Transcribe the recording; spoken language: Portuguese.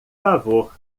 favor